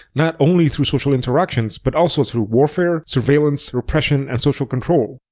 not only through social interactions but also through warfare, surveillance, repression and social control.